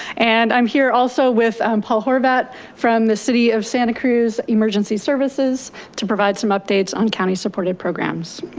and i'm here also with paul horvat from the city of santa cruz emergency services to provide some updates on county-supported programs.